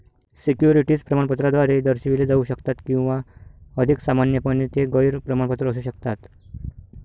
securities प्रमाणपत्राद्वारे दर्शविले जाऊ शकतात किंवा अधिक सामान्यपणे, ते गैर प्रमाणपत्र असू शकतात